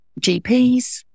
GPs